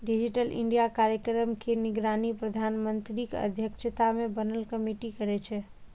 digital India कार्यक्रम के निगरानी प्रधानमंत्रीक अध्यक्षता मे बनल कमेटी करै छै